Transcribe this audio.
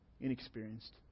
inexperienced